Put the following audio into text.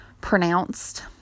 pronounced